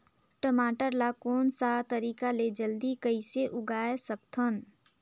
टमाटर ला कोन सा तरीका ले जल्दी कइसे उगाय सकथन?